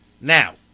Now